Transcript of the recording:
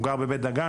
הוא גר בבית דגן,